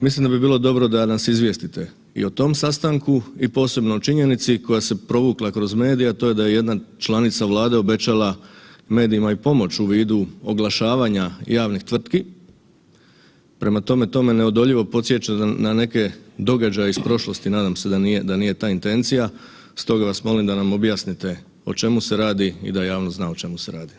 Mislim da bi bilo dobro da nas izvijestite i o tom sastanku i posebno o činjenici koja se provukla kroz medije, a to je da je jedna članica Vlade obećala medijima i pomoć u vidu oglašavanja javnih tvrtki, prema tome, to me neodoljivo podsjeća na neke događaje iz prošlosti, nadam se da nije ta intencija, stoga vas molim da nam objasnite o čemu se radi i da javnost zna o čemu se radi.